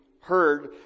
heard